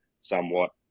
somewhat